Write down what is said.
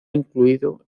incluido